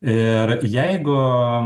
ir jeigu